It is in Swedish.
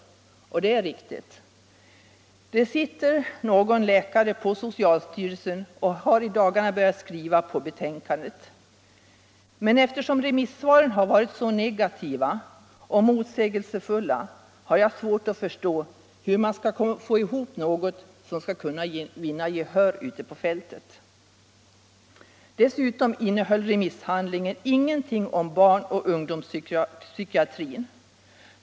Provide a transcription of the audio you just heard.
Detta är helt riktigt. Det sitter någon läkare på socialstyrelsen som i dagarna har börjat skriva på betänkandet. Men eftersom remissvaren har varit så negativa och motsägelsefulla har jag svårt att förstå hur man skall få ihop något som skall kunna vinna gehör ute på fältet. Dessutom innehöll remisshandlingen ingenting om barnoch ungdomspsykiatrin.